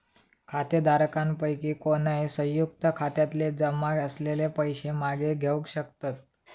खातेधारकांपैकी कोणय, संयुक्त खात्यातले जमा असलेले पैशे मागे घेवक शकतत